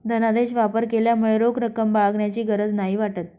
धनादेश वापर केल्यामुळे रोख रक्कम बाळगण्याची गरज नाही वाटत